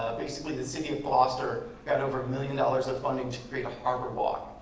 basically the city of gloucester got over a million dollars of funding to create a harborwalk.